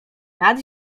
nad